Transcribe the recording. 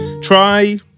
Try